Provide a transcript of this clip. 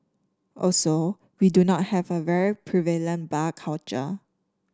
also we do not have a very prevalent bar culture